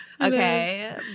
okay